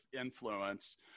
influence